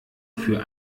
für